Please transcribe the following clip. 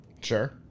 Sure